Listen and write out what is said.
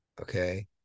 okay